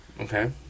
Okay